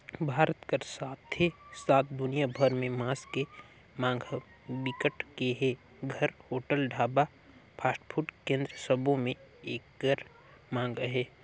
भारत कर साथे साथ दुनिया भर में मांस के मांग ह बिकट के हे, घर, होटल, ढाबा, फास्टफूड केन्द्र सबो में एकर मांग अहे